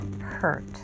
hurt